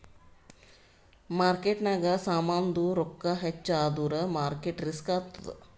ಮಾರ್ಕೆಟ್ನಾಗ್ ಸಾಮಾಂದು ರೊಕ್ಕಾ ಹೆಚ್ಚ ಆದುರ್ ಮಾರ್ಕೇಟ್ ರಿಸ್ಕ್ ಆತ್ತುದ್